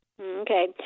Okay